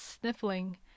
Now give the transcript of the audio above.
sniffling